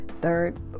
third